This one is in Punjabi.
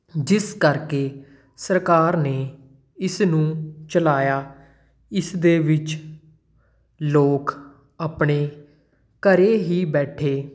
ਜਿਸ ਕਰਕੇ ਸਰਕਾਰ ਨੇ ਇਸ ਨੂੰ ਚਲਾਇਆ ਇਸ ਦੇ ਵਿੱਚ ਲੋਕ ਆਪਣੇ ਘਰ ਹੀ ਬੈਠੇ